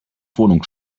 wohnung